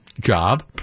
job